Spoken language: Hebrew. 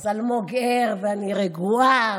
אז אלמוג ער ואני רגועה.